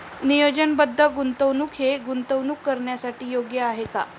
नियोजनबद्ध गुंतवणूक हे गुंतवणूक करण्यासाठी योग्य आहे का?